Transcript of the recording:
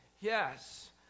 yes